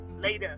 later